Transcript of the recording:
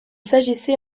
s’agissait